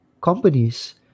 companies